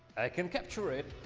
i can capture it!